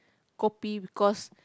kopi because